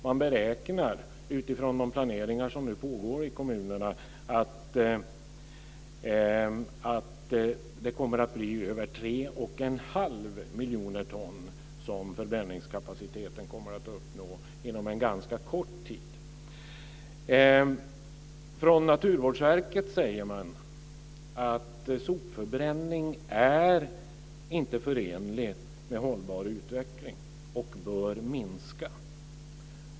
Man beräknar utifrån det planerande som nu pågår i kommunerna att det kommer att bli över tre och en halv miljoner ton som förbränningskapaciteten kommer att uppnå inom en ganska kort tid. Naturvårdsverket säger att sopförbränning inte är förenlig med hållbar utveckling och bör minska.